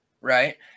right